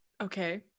okay